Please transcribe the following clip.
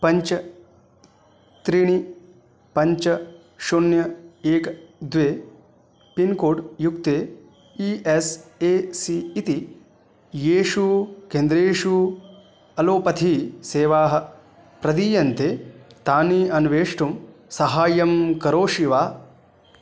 पञ्च त्रीणि पञ्च शून्यं एकं द्वे पिन्कोड् युक्ते ई एस् ए सी इति येषु केन्द्रेषु अलोपथीसेवाः प्रदीयन्ते तानि अन्वेष्टुं सहायं करोषि वा